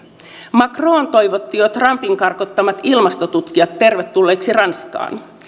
macron toivotti jo trumpin karkottamat ilmastotutkijat tervetulleiksi ranskaan